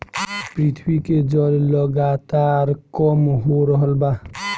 पृथ्वी के जल लगातार कम हो रहल बा